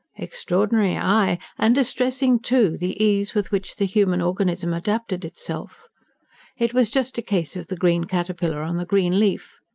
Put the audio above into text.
extraordinary, aye, and distressing, too, the ease with which the human organism adapted itself it was just a case of the green caterpillar on the green leaf.